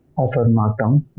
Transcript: of a mark um